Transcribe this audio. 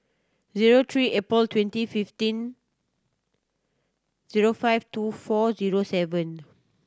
zero three April twenty fifteen zero five two four zero seven